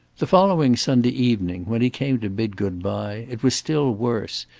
the following sunday evening when he came to bid good-bye, it was still worse.